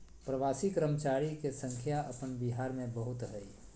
प्रवासी कर्मचारी के संख्या अपन बिहार में बहुत हइ